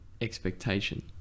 expectation